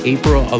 April